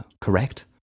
correct